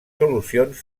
solucions